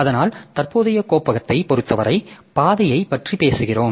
அதனால் தற்போதைய கோப்பகத்தைப் பொறுத்தவரை பாதையைப் பற்றி பேசுகிறோம்